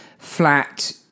Flat